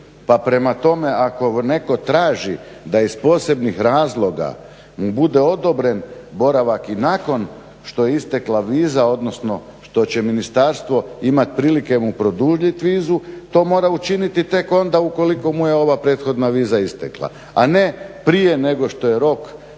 prema tome ako netko traži da iz posebnih razloga mu bude odobren boravak i nakon što je istekla viza, odnosno što će ministarstvo imat prilike mu produljiti vizu to mora učiniti tek onda ukoliko mu je ova prethodna viza istekla, a ne prije nego što je rok